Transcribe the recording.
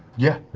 yeah.